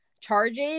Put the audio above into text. charges